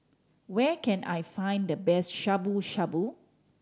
where can I find the best Shabu Shabu